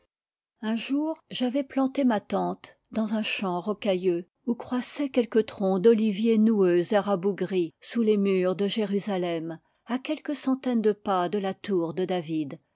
un jour j'avais planté ma tente dans un champ rocailleux où croissaient quelques troncs d'oliviers noueux et rabougris sous les murs de jérusalem à quelques centaines de pas de la tour de david